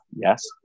yes